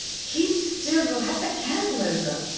keep still, you'll have the candle over.